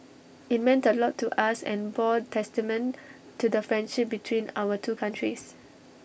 IT meant A lot to us and bore testament to the friendship between our two countries